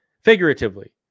Figuratively